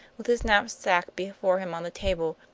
with his knapsack before him on the table,